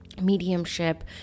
mediumship